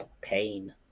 Pain